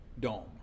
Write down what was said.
Dome